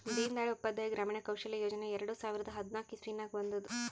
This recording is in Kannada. ದೀನ್ ದಯಾಳ್ ಉಪಾಧ್ಯಾಯ ಗ್ರಾಮೀಣ ಕೌಶಲ್ಯ ಯೋಜನಾ ಎರಡು ಸಾವಿರದ ಹದ್ನಾಕ್ ಇಸ್ವಿನಾಗ್ ಬಂದುದ್